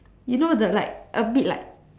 you know the like a bit like